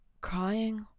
crying